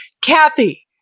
Kathy